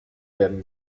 werden